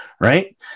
Right